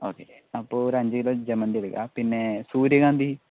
okay അപ്പോൾ ഒരു അഞ്ച് കിലോ ജമന്തിയെടുക്കാം പിന്നെ സൂര്യകാന്തി